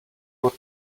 what